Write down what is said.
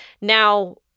Now